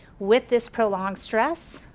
with this prolonged stress,